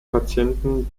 patienten